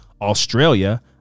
Australia